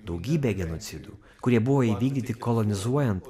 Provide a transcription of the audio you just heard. daugybė genocidų kurie buvo įvykdyti kolonizuojant